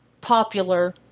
popular